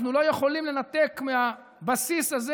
אנחנו לא יכולים לנתק מהבסיס הזה